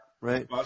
Right